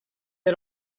had